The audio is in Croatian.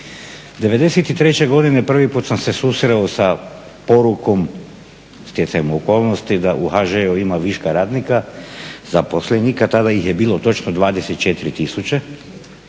'93. godine prvi put sam se susreo sa porukom, stjecajem okolnosti da u HŽ-u ima viška radnika, zaposlenika. Tada ih je bilo točno 24000.